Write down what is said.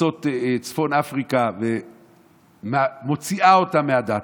ארצות צפון אפריקה ומוציאה אותם מהדת,